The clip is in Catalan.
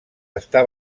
està